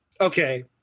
okay